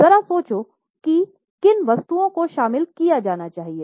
जरा सोचों कि किन वस्तुओं को शामिल किया जाना चाहिए